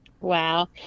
Wow